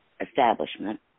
establishment